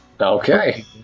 Okay